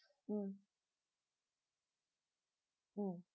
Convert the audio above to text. mm mm